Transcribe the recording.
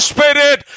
Spirit